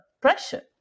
pressure